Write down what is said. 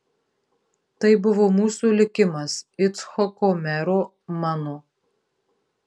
tai buvo mūsų likimas icchoko mero mano